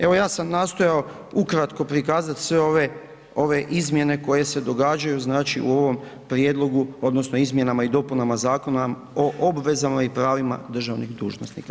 Evo, ja sam nastojao ukratko prikazati sve ove izmjene koje se događaju znači u ovom prijedlogu odnosno izmjenama i dopunama Zakona o obvezama i pravima državnih dužnosnika.